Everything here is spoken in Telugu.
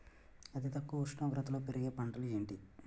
అతి తక్కువ ఉష్ణోగ్రతలో పెరిగే పంటలు ఏంటి?